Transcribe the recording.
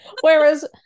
Whereas